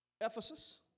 Ephesus